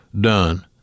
done